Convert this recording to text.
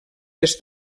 les